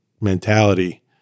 mentality